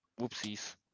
Whoopsies